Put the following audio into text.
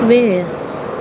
वेळ